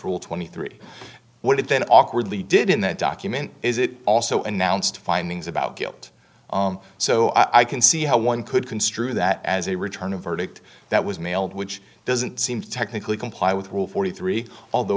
rule twenty three dollars what it then awkwardly did in that document is it also announced findings about guilt so i can see how one could construe that as a return a verdict that was mailed which doesn't seem to technically comply with rule forty three although